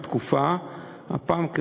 הפעם,